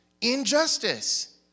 injustice